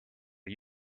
are